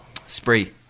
spree